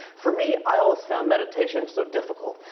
for me, i always found meditation so difficult.